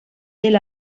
del